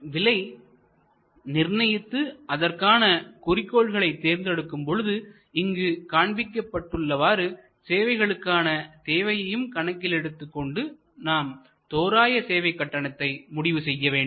விலை நிர்ணயித்து அதற்கான குறிக்கோள்களை தேர்ந்தெடுக்கும் பொழுது இங்கு காண்பிக்கப்பட்டு உள்ளவாறு சேவைகளுக்கான தேவையையும் கணக்கிலெடுத்துக் கொண்டு நாம் தோராய சேவை கட்டணத்தை முடிவு செய்ய வேண்டும்